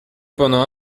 pendant